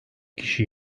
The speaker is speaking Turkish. kişi